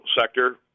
sector